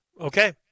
Okay